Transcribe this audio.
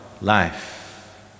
life